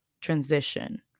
transition